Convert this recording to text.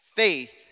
Faith